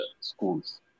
schools